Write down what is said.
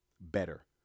better